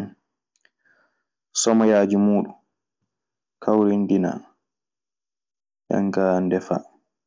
somoyaaji muuɗun, kawrindinaa. Nden kaa ndefaa.